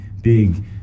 big